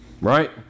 right